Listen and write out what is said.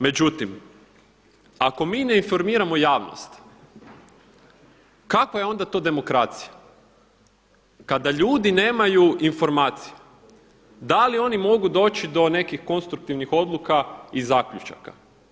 Međutim, ako mi ne informiramo javnost kakva je onda to demokracija kada ljudi nemaju informacije da li oni mogu doći do nekih konstruktivnih odluka i zaključaka.